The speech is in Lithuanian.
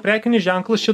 prekinis ženklas čia